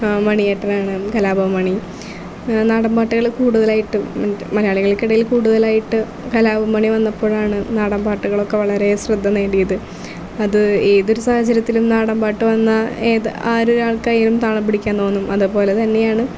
ആ മണിയേട്ടനാണ് കലാഭവൻ മണി നാടൻ പാട്ടുകൾ കൂടുതലായിട്ടും മലയാളികൾക്ക് ഇടയിൽ കൂടുതലായിട്ട് കലാഭവൻ മണി വന്നപ്പോഴാണ് നാടൻ പാട്ടുകളൊക്കെ വളരെ ശ്രദ്ധ നേടിയത് അത് ഏതൊരു സാഹചര്യത്തിലും നാടൻ പാട്ട് വന്നാൽ ഏത് ആര് ആർക്കായാലും താളം പിടിക്കാൻ തോന്നും അതുപോലെ തന്നെയാണ്